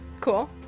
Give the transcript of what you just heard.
Cool